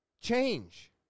change